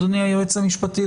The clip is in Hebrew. אדוני היועץ המשפטי,